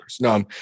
No